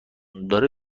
داره